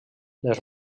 les